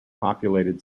populated